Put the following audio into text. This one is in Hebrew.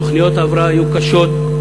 תוכניות ההבראה היו קשות,